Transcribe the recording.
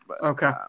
Okay